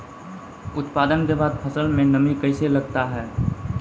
उत्पादन के बाद फसल मे नमी कैसे लगता हैं?